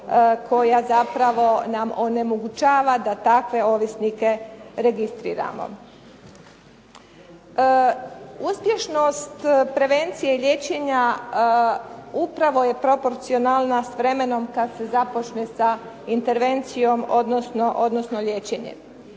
koja zapravo nam onemogućava da takve ovisnike registriramo. Uspješnost prevencije liječenja upravo je proporcionalna s vremenom kad se započne sa intervencijom odnosno liječenjem.